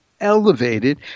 elevated